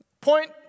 Point